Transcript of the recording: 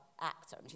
actor